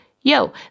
yo